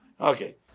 Okay